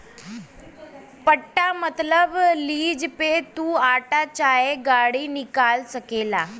पट्टा मतबल लीज पे तू आटो चाहे गाड़ी निकाल सकेला